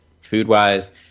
food-wise